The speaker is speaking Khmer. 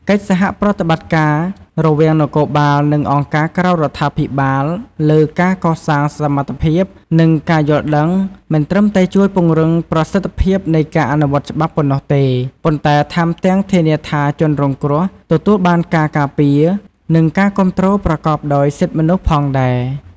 កិច្ចសហប្រតិបត្តិការរវាងនគរបាល និងអង្គការក្រៅរដ្ឋាភិបាលលើការកសាងសមត្ថភាព និងការយល់ដឹង មិនត្រឹមតែជួយពង្រឹងប្រសិទ្ធភាពនៃការអនុវត្តច្បាប់ប៉ុណ្ណោះទេ ប៉ុន្តែថែមទាំងធានាថាជនរងគ្រោះទទួលបានការការពារ និងការគាំទ្រប្រកបដោយសិទ្ធិមនុស្សផងដែរ។